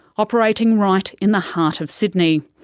operating right in the heart of sydney.